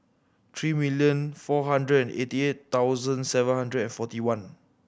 three million four hundred and eighty eight thousand seven hundred and forty one